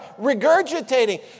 regurgitating